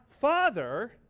Father